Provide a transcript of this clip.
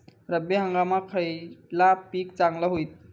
रब्बी हंगामाक खयला पीक चांगला होईत?